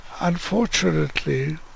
Unfortunately